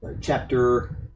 chapter